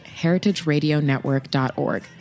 heritageradionetwork.org